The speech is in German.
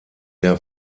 der